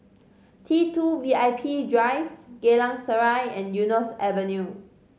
T Two V I P Drive Geylang Serai and Eunos Avenue